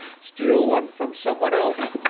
steal one from someone else,